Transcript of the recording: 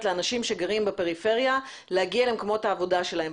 לאנשים שגרים בפריפריה להגיע למקומות העבודה שלהם.